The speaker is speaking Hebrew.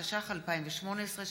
התשע"ח 2018,